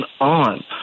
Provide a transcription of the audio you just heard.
on